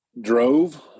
drove